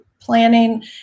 planning